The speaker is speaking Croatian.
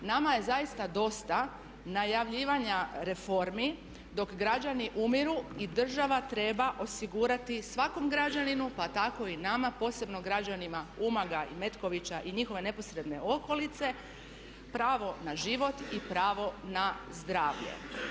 Nama je zaista dosta najavljivanja reformi dok građani umiru i država treba osigurati svakom građaninu pa tako i nama posebno građanima Umaga i Metkovića i njihove neposredne okolice pravo na život i pravo na zdravlje.